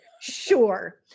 sure